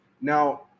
Now